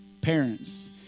parents